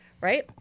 right